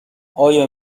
آیا